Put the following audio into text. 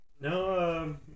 No